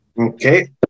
Okay